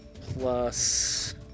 Plus